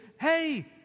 hey